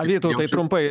vytautai trumpai